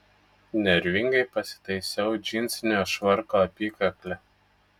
nervingai pasitaisiau džinsinio švarko apykaklę